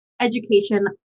education